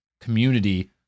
community